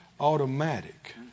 automatic